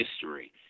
history